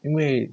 因为